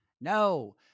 No